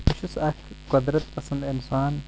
بہٕ چھُس اکھ قۄدرت پسنٛد انسان